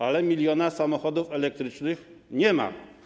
Ale miliona samochodów elektrycznych nie ma.